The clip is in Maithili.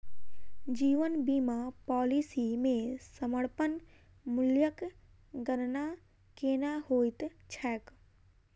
जीवन बीमा पॉलिसी मे समर्पण मूल्यक गणना केना होइत छैक?